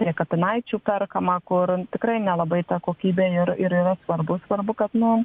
prie kapinaičių perkama kur tikrai nelabai ta kokybė ir ir yra svarbu svarbu kad nu